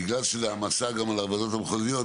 בגלל שזה העמסה גם על הוועדות המחוזיות,